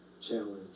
challenge